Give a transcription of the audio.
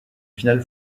final